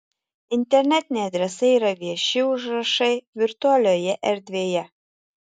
internetiniai adresai yra vieši užrašai virtualioje erdvėje